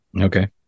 Okay